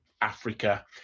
Africa